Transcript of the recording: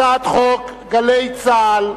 הצעת חוק גלי צה"ל,